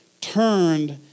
turned